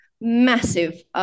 massive